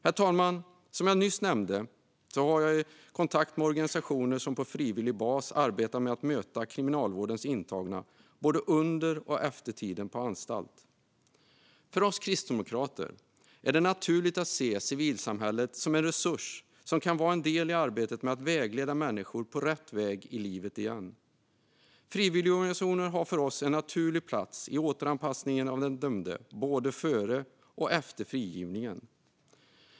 Herr talman! Som jag nyss nämnde har jag kontakt med organisationer som på frivillig bas arbetar med att möta kriminalvårdens intagna både under och efter tiden på anstalt. För oss kristdemokrater är det naturligt att se civilsamhället som en resurs som kan vara en del i arbetet med att vägleda människor på rätt väg i livet igen. Frivilligorganisationer har för oss en naturlig plats i återanpassningen av den dömde, både före och efter frigivningen.